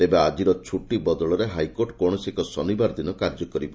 ତେବେ ଆକିର ଛୁଟି ବଦଳରେ ହାଇକୋର୍ଟ କୌଣସି ଏକ ଶନିବାର ଦିନ କାର୍ଯ୍ୟ କରିବ